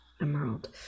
Emerald